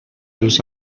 els